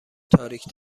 تاریک